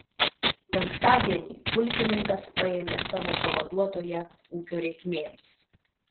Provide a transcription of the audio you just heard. penktadienį pulkininkas paėmė savo pavaduotoją ūkio reikmėms